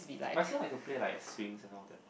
myself I could play like swings and all that